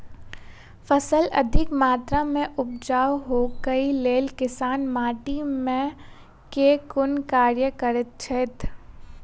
फसल अधिक मात्रा मे उपजाउ होइक लेल किसान माटि मे केँ कुन कार्य करैत छैथ?